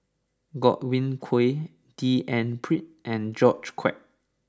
Godwin Koay D N Pritt and George Quek